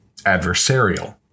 adversarial